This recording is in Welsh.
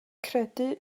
credu